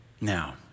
Now